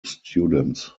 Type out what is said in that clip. students